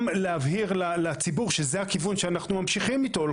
גם להבהיר לציבור שזה הכיוון שאנחנו ממשיכים איתו.